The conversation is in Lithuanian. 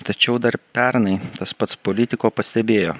tačiau dar pernai tas pats politiko pastebėjo